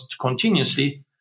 continuously